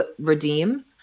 redeem